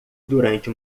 durante